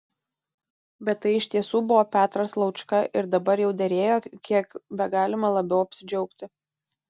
bet tai iš tiesų buvo petras laučka ir dabar jau derėjo kiek begalima labiau apsidžiaugti